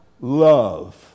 love